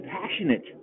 passionate